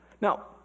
Now